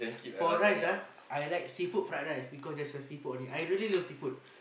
for rice ah I like seafood fried rice because there's a seafood on it I really love seafood